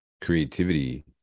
creativity